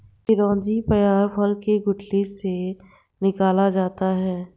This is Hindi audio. चिरौंजी पयार फल के गुठली से निकाला जाता है